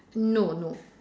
no no